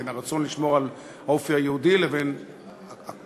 בין הרצון לשמור על האופי היהודי לבין הקושי